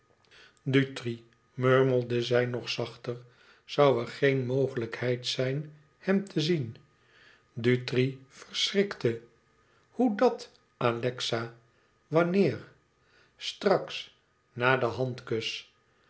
dutri murmelde zij nog zachter zoû er geen mogelijkheid zijn hem te zien dutri verschrikte hoe dat alexa wanneer straks na den handkus